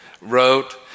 wrote